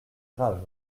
grave